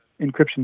encryption